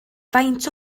faint